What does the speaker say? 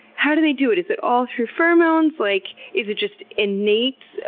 how do they do it? is it all through pheromones? like is it just innate?